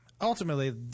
Ultimately